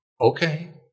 Okay